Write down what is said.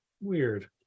weird